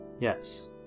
Yes